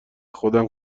خودم